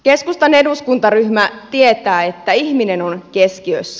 keskustan eduskuntaryhmä tietää että ihminen on keskiössä